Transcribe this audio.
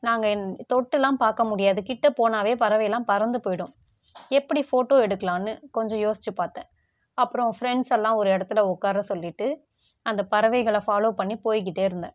நாங்கள் என் தொட்டுலாம் பார்க்க முடியாது கிட்ட போனாவே பறவையெல்லாம் பறந்து போயிடும் எப்படி ஃபோட்டோ எடுக்கலானு கொஞ்சோம் யோசிச்சி பார்த்தேன் அப்புறோம் ஃப்ரெண்ட்ஸ் எல்லாம் ஒரு இடத்துல உட்கார சொல்லிட்டு அந்த பறவைகளை ஃபாலோ பண்ணி போய்கிட்டே இருந்தேன்